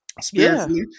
spiritually